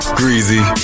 greasy